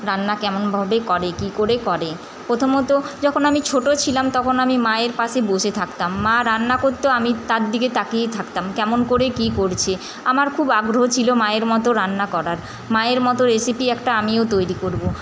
রান্না কেমনভাবে করে কী করে করে প্রথমত যখন আমি ছোটো ছিলাম তখন আমি মায়ের পাশে বসে থাকতাম মা রান্না করতো আমি তার দিকে তাকিয়েই থাকতাম কেমন করে কি করছে আমার খুব আগ্রহ ছিল মায়ের মতো রান্না করার মায়ের মতো রেসিপি একটা আমিও তৈরি করব